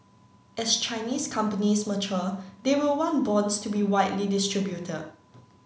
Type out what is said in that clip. as Chinese companies mature they will want bonds to be widely distributed